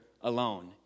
alone